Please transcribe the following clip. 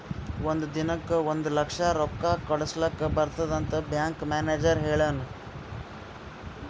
ಒಂದ್ ದಿನಕ್ ಒಂದ್ ಲಕ್ಷ ರೊಕ್ಕಾ ಕಳುಸ್ಲಕ್ ಬರ್ತುದ್ ಅಂತ್ ಬ್ಯಾಂಕ್ ಮ್ಯಾನೇಜರ್ ಹೆಳುನ್